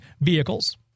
vehicles